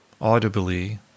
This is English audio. audibly